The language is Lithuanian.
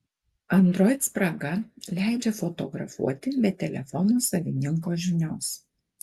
android spraga leidžia fotografuoti be telefono savininko žinios